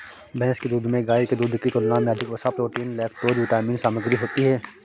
भैंस के दूध में गाय के दूध की तुलना में अधिक वसा, प्रोटीन, लैक्टोज विटामिन सामग्री होती है